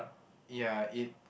ya it